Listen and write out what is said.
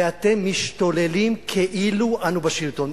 ואתם משתוללים כאילו אנו בשלטון.